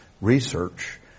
research